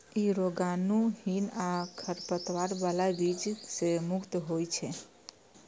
ई रोगाणुहीन आ खरपतवार बला बीज सं मुक्त होइ छै